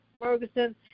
Ferguson